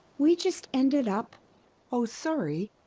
we just ended up oh, sorry.